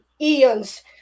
eons